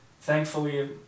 thankfully